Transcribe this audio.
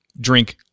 drink